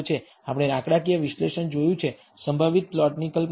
આપણે આંકડાકીય વિશ્લેષણ જોયું છે સંભવિત પ્લોટની કલ્પના